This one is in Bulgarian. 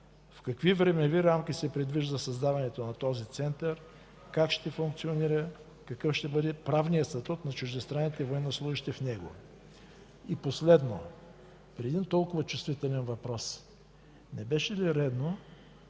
В какви времеви рамки се предвижда създаването на този център, как ще функционира, какъв ще бъде правният статут на чуждестранните военнослужещи в него? Последно, при един толкова чувствителен въпрос не беше ли редно